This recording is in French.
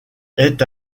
est